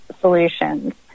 solutions